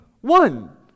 one